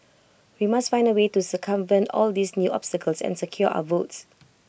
we must find A way to circumvent all these new obstacles and secure our votes